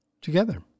Together